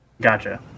Gotcha